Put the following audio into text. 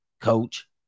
Coach